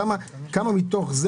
כמה מתוך זה